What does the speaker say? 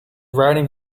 riding